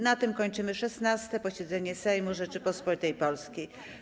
Na tym kończymy 16. posiedzenie Sejmu Rzeczypospolitej Polskiej.